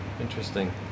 interesting